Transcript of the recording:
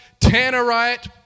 tannerite